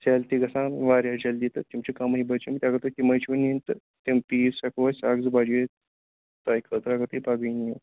sell تہِ گژھان واریاہ جلدی تہٕ تِم چھِ کَمٕے بچیمٕتۍ اگر تۄہہِ تِمَے چھُو نِنۍ تہٕ تِم پیٖس ہٮ۪کو أسۍ اَکھ زٕ بجے تۄہہِ خٲطرٕ اگر تُہۍ پگہٕے نِیِو